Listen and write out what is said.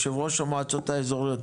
יושב ראש המועצות האזוריות,